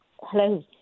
Hello